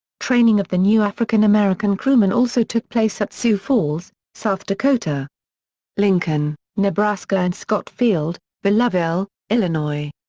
training of the new african-american crewmen also took place at sioux falls, south dakota lincoln, nebraska and scott field, belleville, illinois.